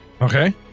Okay